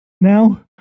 now